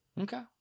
Okay